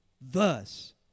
Thus